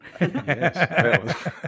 Yes